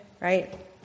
right